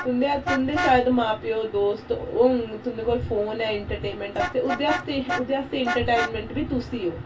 तुं'दा तुं'दे शायद मां प्यौ दोस्त होङन तुं'दे कोल फोन ऐ ऐंटरटेनमेंट आस्तै ओह्दे आस्तै ओह्दे आस्तै ऐंटरटेनमेंट बी तुस ही ओ